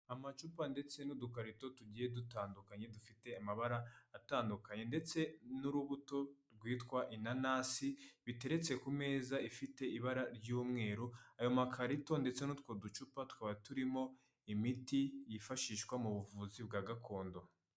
Amacupa ndetse n'udukarito tugiye dutandukanye dufite amabara atandukanye ndetse n'urubuto rwitwa inanasi, biteretse ku meza ifite ibara ry'umweru, ayo makarito ndetse n'utwo ducupa tukaba turimo imiti yifashishwa mu buvuzi bwa gakondo.